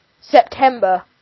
September